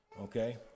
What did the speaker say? Okay